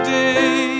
day